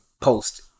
post